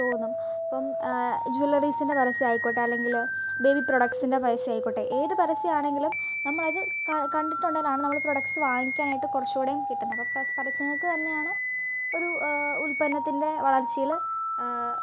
തോന്നും ഇപ്പം ജുവലറീസിൻ്റെ പരസ്യമായിക്കോട്ടെ അല്ലെങ്കിൽ ബേബി പ്രൊഡക്റ്റ്സിൻറെ പരസ്യമായിക്കോട്ടെ ഏത് പരസ്യമാണെങ്കിലും നമ്മൾ അത് കണ്ടിട്ടുണ്ടെങ്കിൽ ആണ് നമ്മൾ പ്രൊഡക്റ്റ്സ് വാങ്ങാനായിട്ട് കുറച്ചു കൂടെയും കിട്ടുന്നത് അപ്പം പരസ്യങ്ങൾക്ക് തന്നെയാണ് ഒരു ഉൽപ്പന്നത്തിൻ്റെ വളർച്ചയിൽ